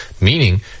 meaning